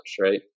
right